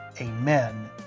Amen